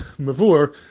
mavur